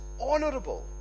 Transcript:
honourable